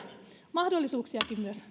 mahdollisuuksia